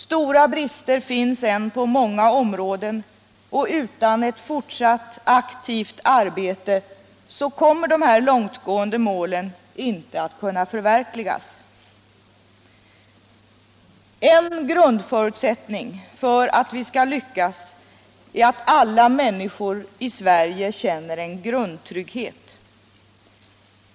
Stora brister finns ännu på många områden, och utan ett fortsatt aktivt arbete kommer de långtgående målen inte att kunna uppnås. En grundförutsättning för att vi skall lyckas är att alla människor i Sverige känner en grundtrygghet.